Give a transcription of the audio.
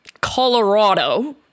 Colorado